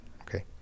okay